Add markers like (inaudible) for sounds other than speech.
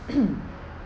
(coughs)